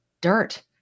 dirt